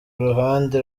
iruhande